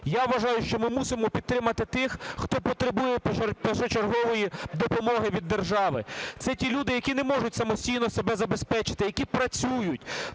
Я вважаю, що ми мусимо підтримати тих, хто потребує першочергової допомоги від держави. Це ті люди, які не можуть самостійно себе забезпечити, які працюють,